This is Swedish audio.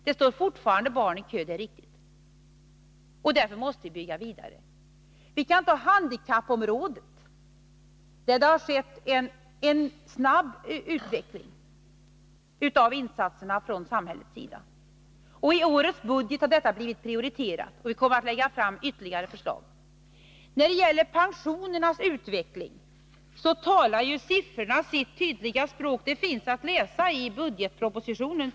Det står dock fortfarande barn i kö, och därför måste vi bygga vidare. Låt mig nämna handikappområdet. Där har det skett en snabb utveckling av insatserna från samhällets sida. I årets budget har detta område blivit prioriterat, och vi kommer att lägga fram ytterligare förslag. När det gäller pensionernas utveckling talar siffrorna sitt tydliga språk. De finns att läsa i budgetpropositionen.